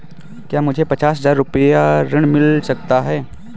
क्या मुझे पचास हजार रूपए ऋण मिल सकता है?